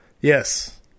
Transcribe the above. yes